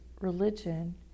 religion